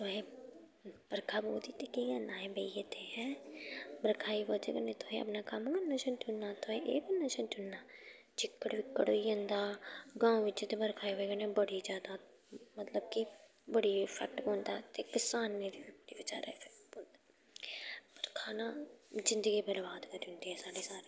तुहें बरखा पौ दी ते केह् करना ऐ बेहियै इत्थै एं बरखा दी बजह कन्नै तुहें अपना कम्म करना छड्ढी ओड़ना तुहें एह् करना छड्ढी ओड़ना चिकड़ पिक्कड़ होई जंदा गांव बिच्च ते बरखा दी बजह कन्नै बड़ी जादा मतलब कि बड़ी इफैक्ट पौंदा ते किसाने दी पौंदा बरखा न जिंदगी बरबाद करी ओंदी ऐ साढ़े सार